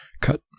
Cut